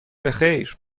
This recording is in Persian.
بخیر